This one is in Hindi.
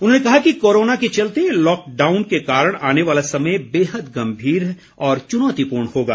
उन्होंने कहा कि कोरोना के चलते लॉकडाउन के कारण आने वाला समय बेहद गम्भीर और चुनौतीपूर्ण होगा